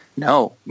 No